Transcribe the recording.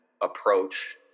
approach